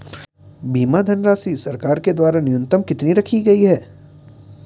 बीमा धनराशि सरकार के द्वारा न्यूनतम कितनी रखी गई है?